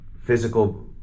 physical